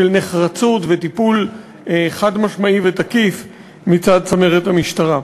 של נחרצות וטיפול חד-משמעי ותקיף מצד צמרת המשטרה.